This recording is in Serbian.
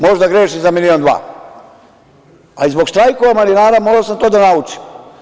Možda grešim za milion dva ali i zbog štrajkova malinara, morao sam to da naučim.